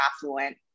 affluent